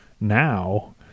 now